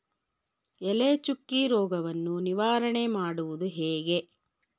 ಎಲೆ ಚುಕ್ಕಿ ರೋಗವನ್ನು ನಿವಾರಣೆ ಮಾಡುವುದು ಹೇಗೆ?